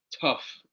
tough